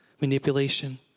manipulation